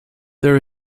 there